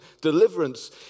deliverance